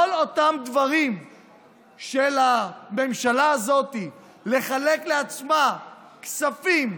בכל אותם דברים של הממשלה הזאת: לחלק לעצמה כספים,